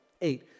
Eight